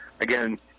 again